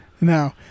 No